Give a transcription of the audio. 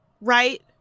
right